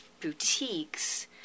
boutiques